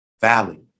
Valley